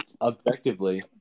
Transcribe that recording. objectively